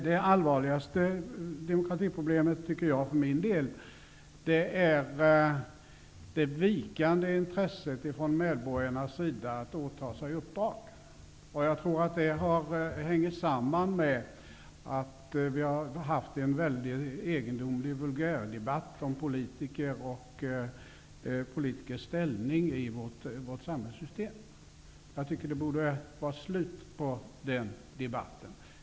Det allvarligaste demokratiproblemet tycker jag för min del är det vikande intresset från medborgarnas sida att åta sig uppdrag. Jag tror att det hänger samman med den väldigt egendomliga vulgärdebatt om politiker och politikers ställning i vårt samhällssystem som varit. Jag tycker att den debatten borde vara avslutad.